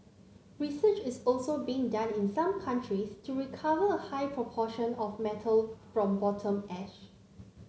research is also being done in some countries to recover a higher proportion of metal from bottom ash